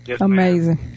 Amazing